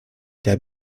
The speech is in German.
der